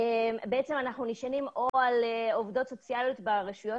אנחנו נשענים על עובדות סוציאליות ברשויות